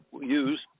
use